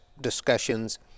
discussions